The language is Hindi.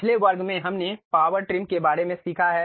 पिछले वर्ग में हमने पावर ट्रिम के बारे में सीखा है